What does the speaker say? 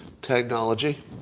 technology